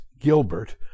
Gilbert